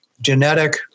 genetic